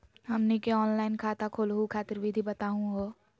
हमनी के ऑनलाइन खाता खोलहु खातिर विधि बताहु हो?